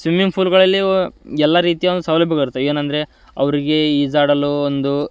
swimming ಫೂಲ್ಗಳಲ್ಲಿ ಎಲ್ಲ ರೀತಿಯ ಒಂದು ಸೌಲಭ್ಯಗಳಿರ್ತವ್ ಏನಂದರೆ ಅವರಿಗೆ ಈಜಾಡಲು ಒಂದು